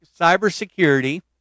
Cybersecurity